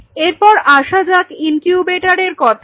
এরপর আসা যাক ইনকিউবেটরের কথায়